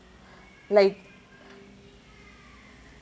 like